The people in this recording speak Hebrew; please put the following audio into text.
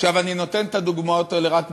אני נותן את הדוגמאות האלה רק,